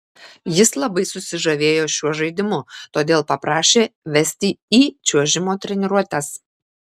jis labai susižavėjo šiuo žaidimu todėl paprašė vesti į čiuožimo treniruotes